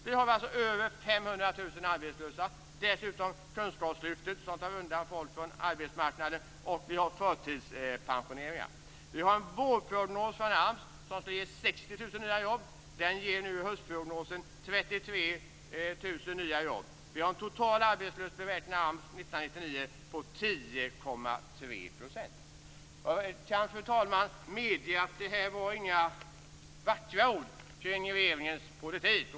Vi har alltså över 500 000 arbetslösa. Kunskapslyftet tar dessutom undan folk från arbetsmarknaden, och vi har förtidspensioneringar. I vårprognosen från AMS förutspådde man 60 000 nya jobb. Nu, i höstprognosen, förutspår man 33 000 nya jobb. Vi kommer att ha en total arbetslöshet, beräknar Jag kan, fru talman, medge att det inte var vackra ord kring regeringens politik.